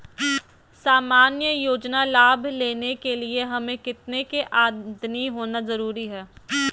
सामान्य योजना लाभ लेने के लिए हमें कितना के आमदनी होना जरूरी है?